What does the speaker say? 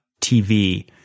TV